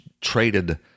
traded